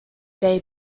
day